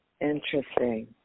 Interesting